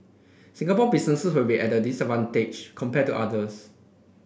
Singapore businesses will be ad disadvantage compared to others